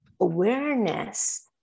awareness